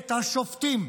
את השופטים.